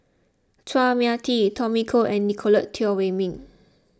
Chua Mia Tee Tommy Koh and Nicolette Teo Wei Min